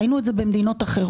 ראינו את זה במדינות אחרות,